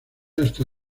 hasta